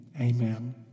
amen